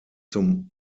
zum